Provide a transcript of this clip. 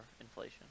inflation